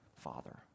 father